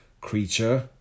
Creature